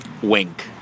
Wink